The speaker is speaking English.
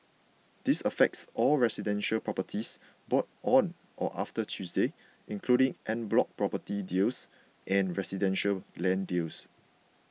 this affects all residential properties bought on or after Tuesday including en bloc property deals and residential land deals